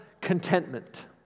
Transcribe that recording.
contentment